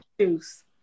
juice